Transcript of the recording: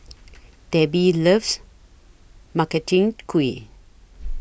Debby loves Makchang Gui